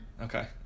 Okay